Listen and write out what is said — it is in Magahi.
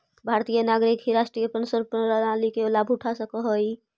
भारतीय नागरिक ही राष्ट्रीय पेंशन प्रणाली के लाभ उठा सकऽ हई